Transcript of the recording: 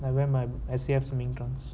I wear my saf swimming trunks